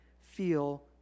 feel